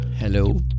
hello